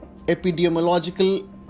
epidemiological